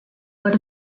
what